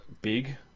big